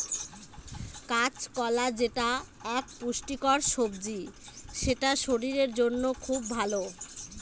কাঁচকলা যেটা এক পুষ্টিকর সবজি সেটা শরীরের জন্য খুব ভালো